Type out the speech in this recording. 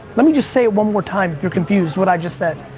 let me just say it one more time if you're confused what i just said.